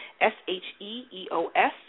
S-H-E-E-O-S